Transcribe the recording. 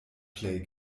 plej